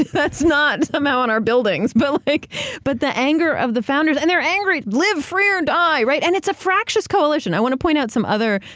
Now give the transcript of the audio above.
that's not somehow on our buildings. but like but the anger of the founders. and they're angry, live free or die, right? and it's a fractious coalition. i want to point some other,